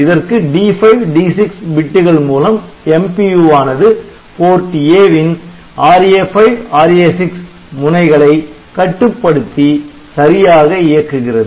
இதற்கு D5 D6 பிட்டுகள் மூலம் MPU வானது PORT A வின் RA5 RA6 முனைகளை கட்டுப்படுத்தி சரியாக இயக்குகிறது